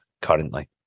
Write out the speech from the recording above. currently